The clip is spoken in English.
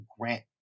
grant